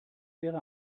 wäre